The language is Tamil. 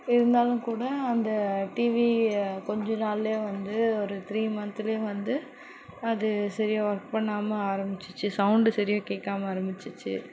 இருந்தாலும்கூட அந்த டிவி கொஞ்ச நாளிலே வந்து ஒரு த்ரீ மந்த்திலே வந்து அது சரியா ஒர்க் பண்ணாமல் ஆரமிச்சுருச்சு சௌண்டு சரியா கேட்காம ஆரம்பிச்சுச்சு சே